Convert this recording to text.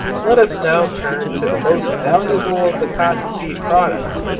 let us now turn to the most valuable of the cottonseed products,